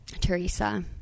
Teresa